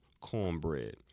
cornbread